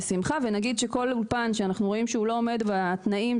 ונגיד שכל אולפן שאנחנו רואים שהוא לא עומד בתנאיםהנדרשים,